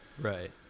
Right